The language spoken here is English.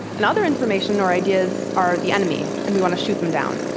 and other information or ideas are the enemy, and we want to shoot them down.